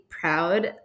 proud